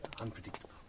unpredictable